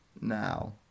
now